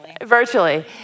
virtually